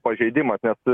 pažeidimas nes